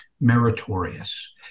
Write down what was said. Meritorious